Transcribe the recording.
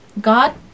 God